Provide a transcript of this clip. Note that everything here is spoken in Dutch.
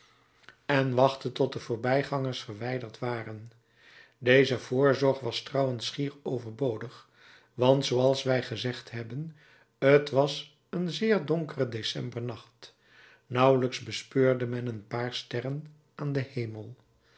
en wachtte tot de voorbijgangers verwijderd waren deze voorzorg was trouwens schier overbodig want zooals wij gezegd hebben t was een zeer donkere decembernacht nauwelijks bespeurde men een paar sterren aan den hemel